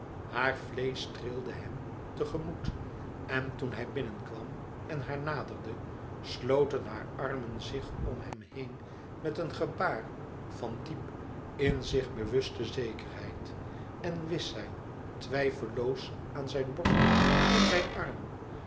haar vleesch trilde hem tegemoet en toen hij binnenkwam en haar naderde e ids aargang sloten haar armen zich om hem heen met een gebaar van diep in zich bewuste zekerheid en wist zij twijfelloos aan zijn borst in zijn armen